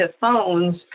phones